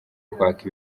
kwaka